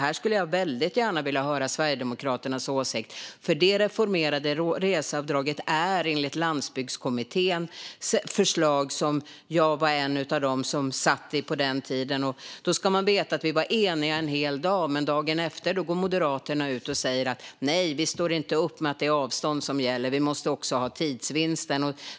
Jag skulle gärna vilja höra Sverigedemokraternas åsikt där, då det reformerade reseavdraget är i enlighet med Landsbygdskommitténs förslag. Jag var en av dem som satt i kommittén på den tiden. Då ska man veta att vi var eniga en hel dag, men dagen efter gick Moderaterna ut och sa: "Nej, vi står inte upp för att det är avstånd som gäller, utan vi måste också ha tidsvinsten."